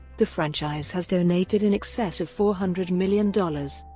the franchise has donated in excess of four hundred million dollars.